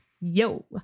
Yo